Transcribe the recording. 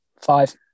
five